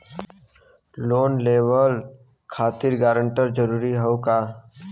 Loan लेवब खातिर guarantor जरूरी हाउ का?